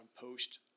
post